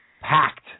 Packed